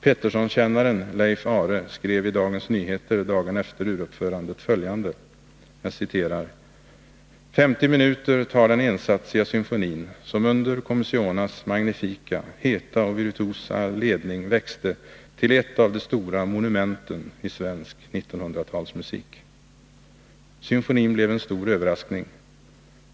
Petterssonkännaren Leif Aare skrev i Dagens Nyheter dagen efter uruppförandet följande: ”50 minuter tar den ensatsiga symfonin som under Comissionas magnifika, heta och virtuosa ledning växte till ett av de stora monumenten i svensk 1900-talsmusik.” Aare skriver också att symfonin blev en stor överraskning.